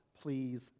please